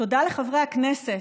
תודה לחברי הכנסת,